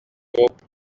groupe